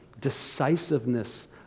decisiveness